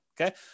Okay